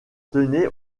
tenait